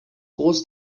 groß